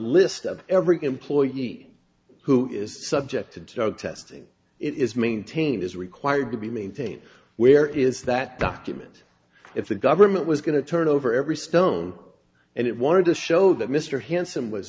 list of every employee who is subject to drug testing it is maintained as required to be maintained where is that document if the government was going to turn over every stone and it wanted to show that mr hanson was